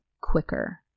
quicker